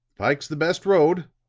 pike's the best road,